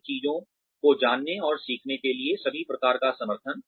नई चीजों को जाने और सीखने के लिए सभी प्रकार का समर्थन